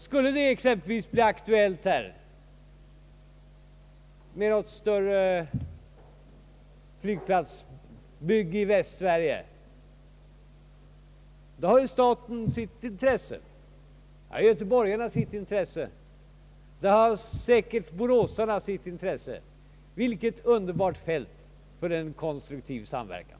Skulle det exempelvis bli aktuellt med ett större flygplatsbygge i Västsverige, då har staten sitt intresse, göteborgarna sitt och säkert boråsarna också sitt intresse — vilket underbart fält för en konstruktiv samverkan!